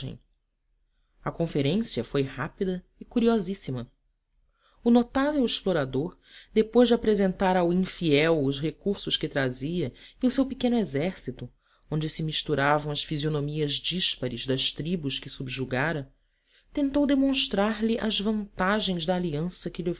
a conferência foi rápida e curiosíssima o notável explorador depois de apresentar ao infiel os recursos que trazia e o seu pequeno exército onde se misturavam as fisionomias díspares das tribos que subjugara tentou demonstrarlhe as vantagens da aliança que lhe